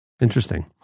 Interesting